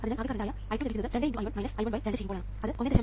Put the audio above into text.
അതിനാൽ ആകെ കറണ്ട് ആയ I2 ലഭിക്കുന്നത് I1 2 ചെയ്യുമ്പോഴാണ് അത് 1